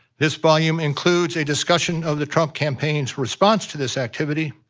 this volume includes a discussion of the trump campaign's response to this activity,